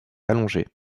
allongée